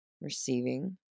receiving